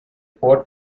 fort